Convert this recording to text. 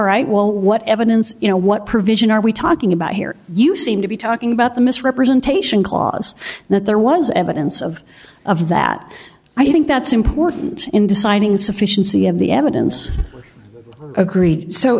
right well what evidence you know what provision are we talking about here you seem to be talking about the misrepresentation clause that there was evidence of of that i think that's important in deciding sufficiency of the evidence agree so